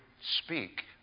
speak